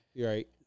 Right